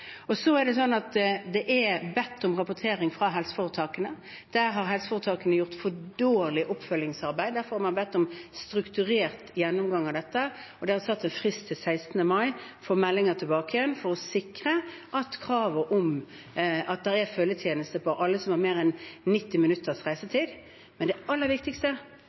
Så er det bedt om rapportering fra helseforetakene. Der har helseforetakene gjort for dårlig oppfølgingsarbeid. Derfor har man bedt om strukturert gjennomgang av dette. Det er satt en frist til 16. mai om tilbakemelding for å sikre kravet om følgetjeneste for alle som har mer enn 90 minutters reisetid. Men det aller viktigste